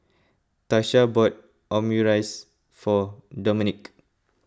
Tasha bought Omurice for Domenick